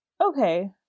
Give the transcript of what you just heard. okay